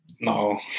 No